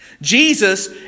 Jesus